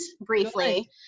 briefly